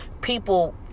People